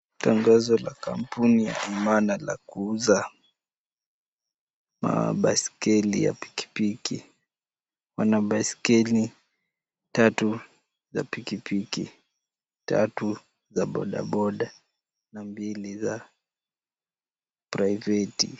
Tangazo la kampuni ya Amana la kuuza mabaiskeli ya pikipiki. Wana baiskeli tatu za pikipiki, tatu za bodaboda na mbili za private .